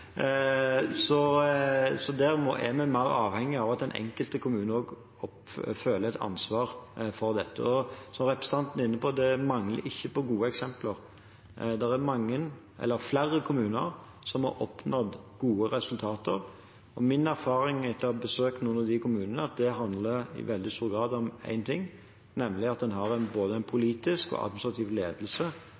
Der er vi mer avhengig av at den enkelte kommune føler et ansvar for dette. Som representanten var inne på: Det mangler ikke gode eksempler. Flere kommuner har oppnådd gode resultater. Min erfaring, etter å ha besøkt noen av de kommunene, er at det handler i veldig stor grad om én ting, nemlig at en har både en politisk og en administrativ ledelse